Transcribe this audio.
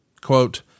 quote